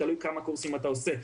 תלוי כמה קורסים אתה עושה.